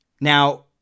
Now